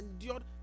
endured